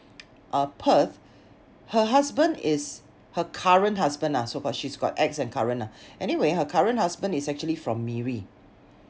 uh Perth her husband is her current husband ah so called she's got ex and current ah anyway her current husband is actually from Miri